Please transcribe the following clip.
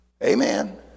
Amen